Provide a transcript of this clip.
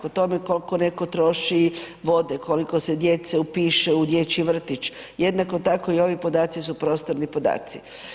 O tome koliko netko troši vode, koliko se djece upiše u dječji vrtić, jednako tako i ovi podaci su prostorni podaci.